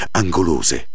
angolose